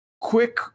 quick